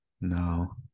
No